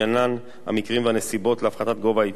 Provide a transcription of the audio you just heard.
המקרים והנסיבות של הפחתת גובה העיצום הכספי.